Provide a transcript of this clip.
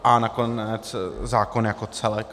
A nakonec zákon jako celek.